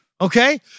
Okay